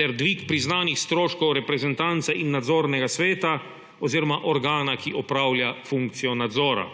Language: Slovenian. ter dvig priznanih stroškov reprezentance in nadzornega sveta oziroma organa, ki opravlja funkcijo nadzora.